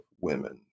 women